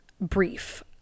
brief